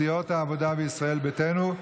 של סיעות העבודה וישראל ביתנו,